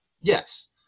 yes